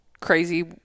crazy